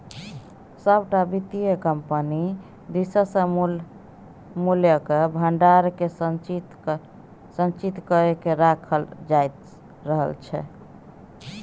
सभटा वित्तीय कम्पनी दिससँ मूल्यक भंडारकेँ संचित क कए राखल जाइत रहल छै